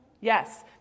Yes